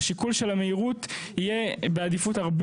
השיקול של המהירות יהיה בעדיפות הרבה